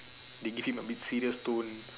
they give him abit serious tone